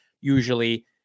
Usually